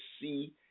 see